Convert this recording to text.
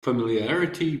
familiarity